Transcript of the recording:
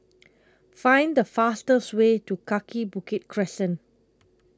Find The fastest Way to Kaki Bukit Crescent